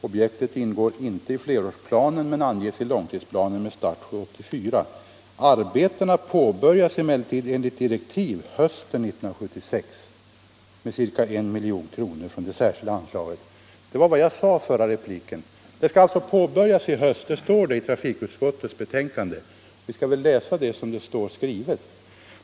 Objektet ingår inte i flerårsplanen men anges i långtidsplanen med start år 1984. Arbetena påbörjades emellertid, enligt direktiv, hösten 1976 med ca 1 milj.kr. från det särskilda anslaget.” Det var vad jag sade i min förra replik. Arbetet skall påbörjas i höst. Det står så i trafikutskottets betänkande, och vi skall väl läsa det som det står skrivet.